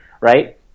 right